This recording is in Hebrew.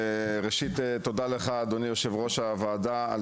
ראשית, תודה לך יושב ראש הוועדה, על